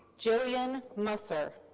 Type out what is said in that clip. jillian musser.